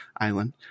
island